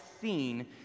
seen